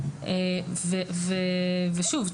ושוב,